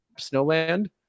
Snowland